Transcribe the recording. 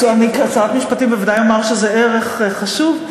אני כשרת המשפטים בוודאי אומר שזה ערך חשוב,